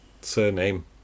surname